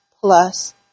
plus